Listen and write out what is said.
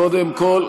קודם כול,